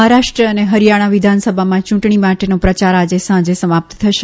મહારાષ્ટ્ર અને ફરીયાણા વિધાનસભામાં ચુંટણી માટે પ્રચાર આજે સાંજે સમાપ્ત થશે